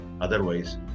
Otherwise